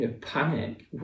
panic